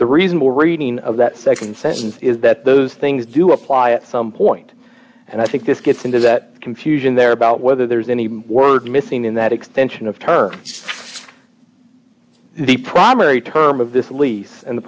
the reasonable reading of that nd sentence is that those things do apply at some point and i think this gets into that confusion there about whether there's any word missing in that extension of term the problem or a term of this lease and the